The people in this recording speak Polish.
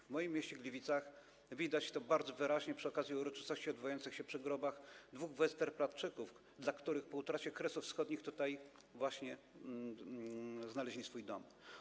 W moim mieście Gliwicach widać to bardzo wyraźnie przy okazji uroczystości odbywających się przy grobach dwóch westerplatczyków, którzy po utracie Kresów Wschodnich tutaj właśnie znaleźli swój dom.